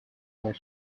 were